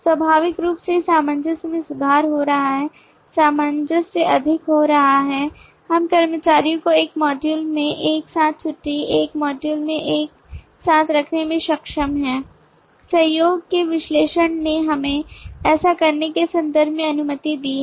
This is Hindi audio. स्वाभाविक रूप से सामंजस्य में सुधार हो रहा है सामंजस्य अधिक हो रहा है हम कर्मचारियों को एक मॉड्यूल में एक साथ छुट्टी एक मॉड्यूल में एक साथ रखने में सक्षम हैं सहयोग के विश्लेषण ने हमें ऐसा करने के संदर्भ में अनुमति दी है